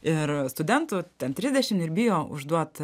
ir studentų ten trisdešim ir bijo užduot